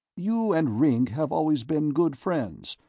you and ringg have always been good friends,